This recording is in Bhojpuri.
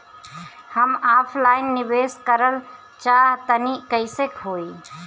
हम ऑफलाइन निवेस करलऽ चाह तनि कइसे होई?